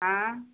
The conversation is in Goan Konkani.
आं